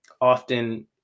often